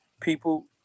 people